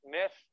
Miss